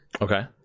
Okay